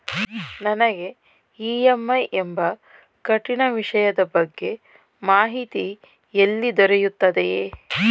ನನಗೆ ಇ.ಎಂ.ಐ ಎಂಬ ಕಠಿಣ ವಿಷಯದ ಬಗ್ಗೆ ಮಾಹಿತಿ ಎಲ್ಲಿ ದೊರೆಯುತ್ತದೆಯೇ?